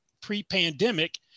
pre-pandemic